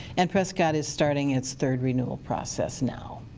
and prescott is starting its third renewal process now.